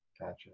Gotcha